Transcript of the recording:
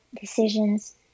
decisions